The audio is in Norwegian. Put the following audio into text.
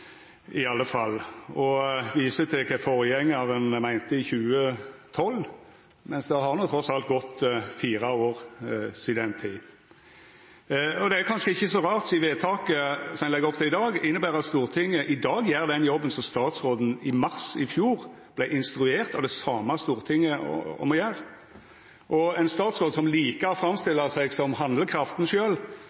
i alle fall slik eg oppfattar det, og viser til kva forgjengaren meinte i 2012. Men det har trass alt gått fire år sidan den tid. Det er kanskje ikkje så rart sidan vedtaket som ein legg opp til i dag, inneber at Stortinget i dag gjer den jobben som statsråden i mars i fjor vart instruert av det same stortinget til å gjera. Ein statsråd som likar å framstilla seg som handlekrafta